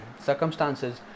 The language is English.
Circumstances